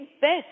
best